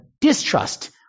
distrust